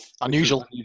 unusual